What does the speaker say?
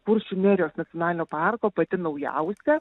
kuršių nerijos nacionalinio parko pati naujausia